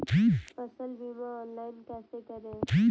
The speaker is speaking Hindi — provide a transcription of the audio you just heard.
फसल बीमा ऑनलाइन कैसे करें?